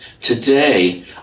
Today